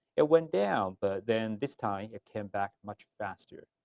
it went down but then this time it came back much faster.